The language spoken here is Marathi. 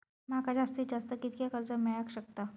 माका जास्तीत जास्त कितक्या कर्ज मेलाक शकता?